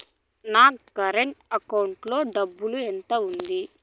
నా current account లో డబ్బులు ఎంత ఉంది?